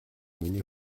миний